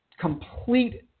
complete